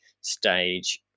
stage